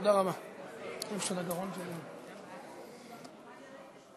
לסעיף הבא שעל סדר-היום: הצעת חוק עסקאות ביטחוניות בעלות היקף כספי